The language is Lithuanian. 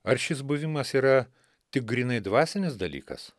ar šis buvimas yra tik grynai dvasinis dalykas